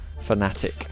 fanatic